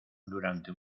durante